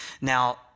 Now